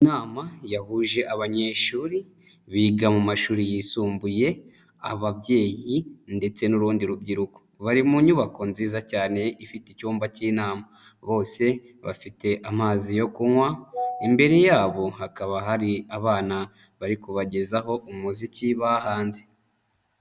Inama yahuje abanyeshuri biga mu mashuri yisumbuye, ababyeyi ndetse n'urundi rubyiruko. Bari mu nyubako nziza cyane ifite icyumba cy'inama, bose bafite amazi yo kunywa, imbere yabo hakaba hari abana bari kubagezaho umuziki bahanze.